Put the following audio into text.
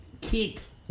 kicks